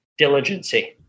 diligency